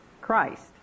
Christ